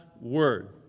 word